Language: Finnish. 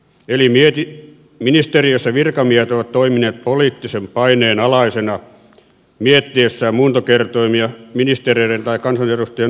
eli ministeriössä virkamiehet ovat toimineet poliittisen paineen alaisena miettiessään muuntokertoimia ministereiden tai kansanedustajien ohjeiden mukaan